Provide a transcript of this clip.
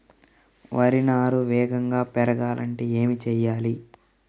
వరి నారు వేగంగా పెరగాలంటే ఏమి చెయ్యాలి?